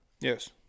Yes